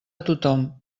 tothom